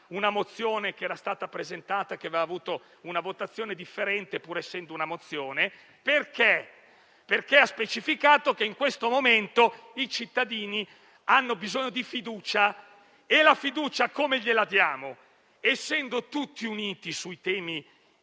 una mozione che era stata presentata e aveva avuto una votazione differente, pur essendo una mozione, perché ha specificato che in questo momento i cittadini hanno bisogno di fiducia. E la fiducia, come gliela diamo? Essendo tutti uniti sui temi